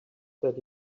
that